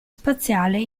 spaziale